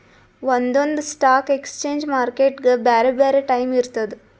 ಒಂದೊಂದ್ stock exchange ಮಾರ್ಕೆಟ್ಗ್ ಬ್ಯಾರೆ ಬ್ಯಾರೆ ಟೈಮ್ ಇರ್ತದ್